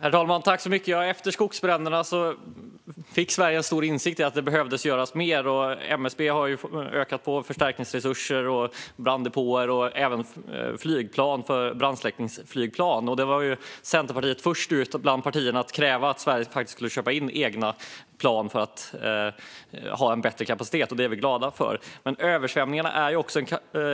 Herr talman! Efter skogsbränderna fick Sverige en stor insikt om att mer behövde göras. MSB har ökat sina förstärkningsresurser, bland annat med branddepåer och brandsläckningsflygplan. Centerpartiet var först ut av alla partier med att kräva att Sverige skulle köpa in egna plan för att ha en bättre kapacitet. Vi är glada för detta. Översvämningarna är också en